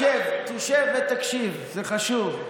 תשב ותקשיב, זה חשוב.